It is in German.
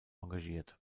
engagiert